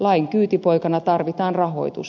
lain kyytipoikana tarvitaan rahoitus